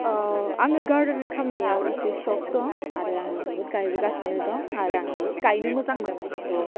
अह आङो गार्डनिं खामनायाव एसे सक दं आरो आङो बुहुत गायबोगासिनो दं आरो आं बुहुत गायनो मोजां मोनो सह